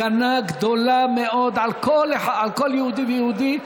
הגנה גדולה מאוד על כל יהודי ויהודי.